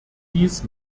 dies